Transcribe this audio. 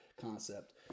concept